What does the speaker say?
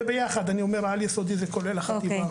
על יסודי זה כולל החטיבה.